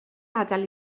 adael